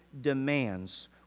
demands